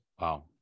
Wow